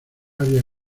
había